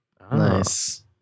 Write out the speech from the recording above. Nice